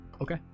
Okay